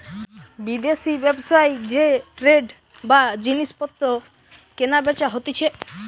বিদেশি ব্যবসায় যে ট্রেড বা জিনিস পত্র কেনা বেচা হতিছে